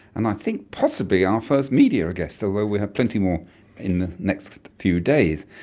and i think possibly our first media guest, although we have plenty more in the next few days.